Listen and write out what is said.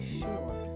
sure